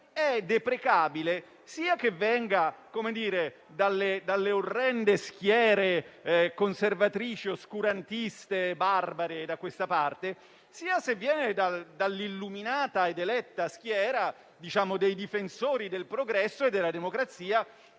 è deprecabile sia che venga dalle orrende schiere conservatrici, oscurantiste e barbare da questa parte, sia che venga dall'illuminata ed eletta schiera dei difensori del progresso e della democrazia,